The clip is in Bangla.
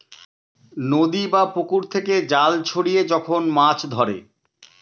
নদী বা পুকুর থেকে জাল ছড়িয়ে যখন মাছ ধরে